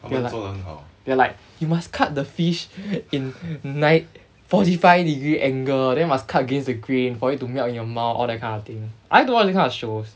they like they are like you must cut the fish in nin~ forty five degree angle then must cut against the grain for it to melt in your mouth all that kind of thing I like to watch this kind of shows